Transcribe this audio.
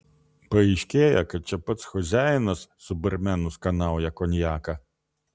paaiškėja kad čia pats choziajinas su barmenu skanauja konjaką